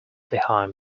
behind